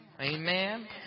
Amen